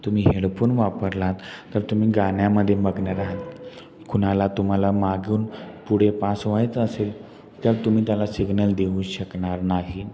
तुम्ही हेडफोन वापरलात तर तुम्ही गाण्यामध्ये मग्न राहाल कुणाला तुम्हाला मागवून पुढे पास व्हायचं असेल तर तुम्ही त्याला सिग्नल देऊ शकणार नाही